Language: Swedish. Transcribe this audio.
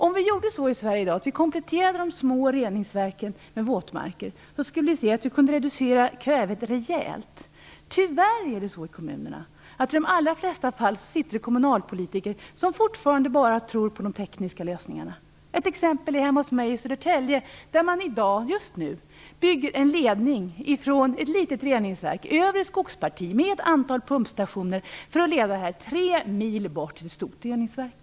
Om vi gjorde så i Sverige i dag att vi kompletterade de små reningsverken med våtmarker, så skulle vi se att vi kunde reducera kvävet rejält. Tyvärr är det så i kommunerna att det i de allra flesta fall sitter kommunalpolitiker som fortfarande bara tror på de tekniska lösningarna. Ett exempel är hemma hos mig i Södertälje, där man i dag, just nu, bygger en ledning från ett litet reningsverk över ett skogsparti med ett antal pumpstationer för att leda vattnet tre mil bort till ett stort reningsverk.